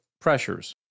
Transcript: pressures